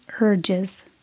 Urges